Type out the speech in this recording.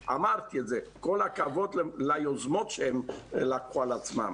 שאמרתי את זה כל הכבוד ליוזמות שהם לקחו על עצמם